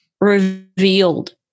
revealed